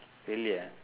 really ah